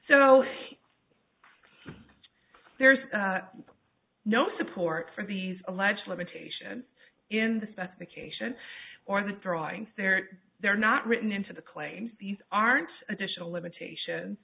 so there's no support for these alleged limitations in the specification or the drawings there they're not written into the claims these aren't additional limitations